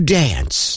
dance